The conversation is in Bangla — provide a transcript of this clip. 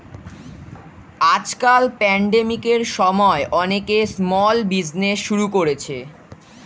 আজকাল প্যান্ডেমিকের সময়ে অনেকে স্মল বিজনেজ শুরু করেছে